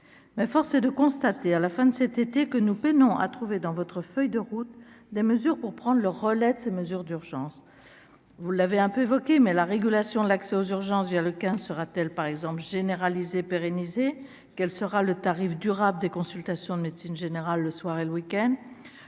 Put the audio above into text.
mais force est de constater, à la fin de cet été, que nous peinons à trouver dans votre feuille de route des mesures pour prendre le relais de ces mesures d'urgence, vous l'avez un peu évoqué mais la régulation de l'accès aux urgences vers le quinze sera-t-elle par exemple généraliser pérenniser, quel sera le tarif durable des consultations de médecine générale le soir et le week-end,